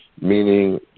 meaning